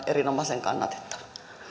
erinomaisen kannatettava